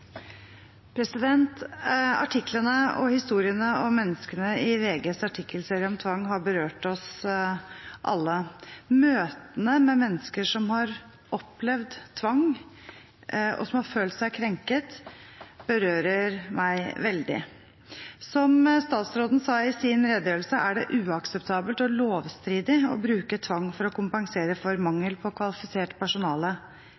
Artiklene og historiene om menneskene i VGs artikkelserie om tvang har berørt oss alle. Møtene med mennesker som har opplevd tvang, og som har følt seg krenket, berører meg veldig. Som statsråden sa i sin redegjørelse, er det uakseptabelt og lovstridig å bruke tvang for å kompensere for